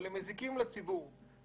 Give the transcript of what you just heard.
אבל הם מזיקים לציבור.